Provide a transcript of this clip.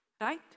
Right